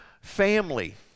family